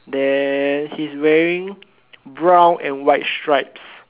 there he's wearing brown and white stripes